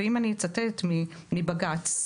ואני אצטט מבג"ץ.